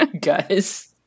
Guys